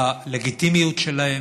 בלגיטימיות שלהם